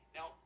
Now